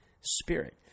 Spirit